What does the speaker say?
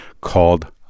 called